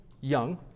young